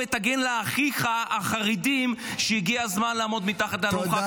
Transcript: בוא ותגיד לאחיך החרדים שהגיע הזמן לעמוד מתחת לאלונקה -- תודה.